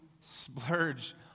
splurge